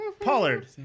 Pollard